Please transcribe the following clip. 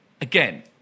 again